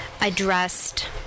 addressed